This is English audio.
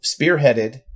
spearheaded